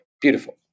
Beautiful